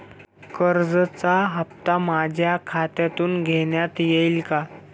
कर्जाचा हप्ता माझ्या खात्यातून घेण्यात येईल का?